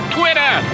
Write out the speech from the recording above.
twitter